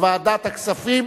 לוועדת הכספים,